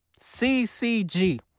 CCG